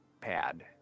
pad